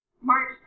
March